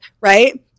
right